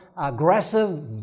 aggressive